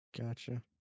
Gotcha